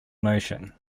notion